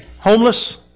homeless